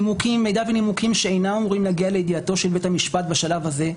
מידע ונימוקים שאינם אמורים להגיע לידיעתו של בית המשפט בשלב הזה.